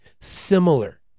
similar